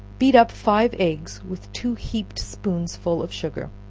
beat up five eggs with two heaped spoonsful of sugar,